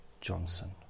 Johnson